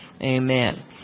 Amen